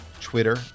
Twitter